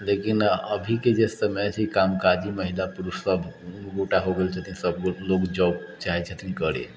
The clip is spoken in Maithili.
लेकिन अभी के जे समय छै कामकाजी महिला पुरुष सब दूनू गोटा हो गेल छथिन सब लोग जॉब चाहै छथिन करय